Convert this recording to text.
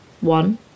one